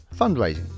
fundraising